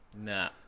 Nah